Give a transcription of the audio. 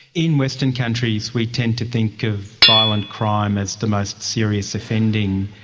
in western countries we tend to think of violent crime as the most serious offending,